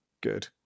good